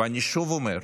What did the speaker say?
ואני שוב אומר: